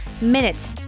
minutes